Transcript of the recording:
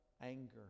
anger